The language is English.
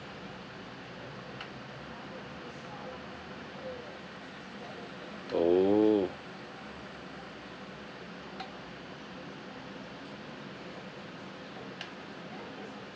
oh